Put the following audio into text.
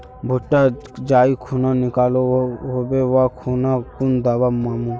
भुट्टा जाई खुना निकलो होबे वा खुना कुन दावा मार्मु?